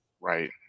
right